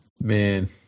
Man